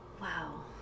Wow